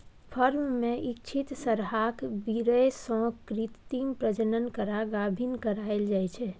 firm मे इच्छित सरहाक बीर्य सँ कृत्रिम प्रजनन करा गाभिन कराएल जाइ छै